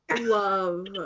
love